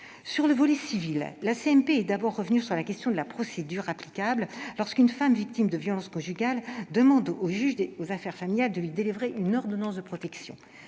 mixte paritaire est d'abord revenue sur la question de la procédure applicable lorsqu'une femme victime de violences conjugales demande au juge aux affaires familiales de lui délivrer une ordonnance de protection.